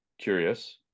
curious